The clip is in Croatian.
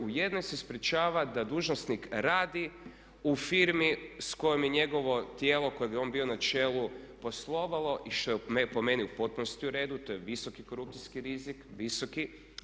U jednoj se sprječava da dužnosnik radi u firmi s kojom je njegovo tijelo kojem je on bio na čelu poslovalo i što je po meni u potpunosti u redu, to je visoki korupcijski rizik, visoki.